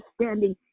understanding